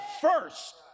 first